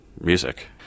music